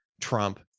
Trump